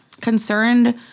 concerned